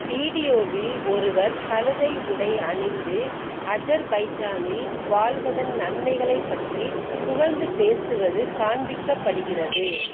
வீடியோவில் ஒருவர் கழுதை உடை அணிந்து அஜர்பைஜானில் வாழ்வதன் நன்மைகளைப் பற்றி புகழ்ந்து பேசுவது காண்பிக்கப்படுகிறது